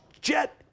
jet